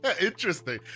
interesting